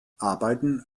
arbeiten